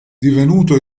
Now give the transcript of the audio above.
divenuto